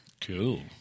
Cool